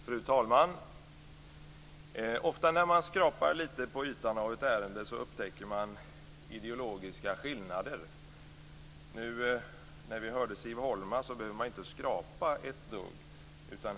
Fru talman! Ofta när man skrapar lite på ytan av ett ärende upptäcker man ideologiska skillnader. Nu när vi hörde Siv Holma behövde man inte skrapa.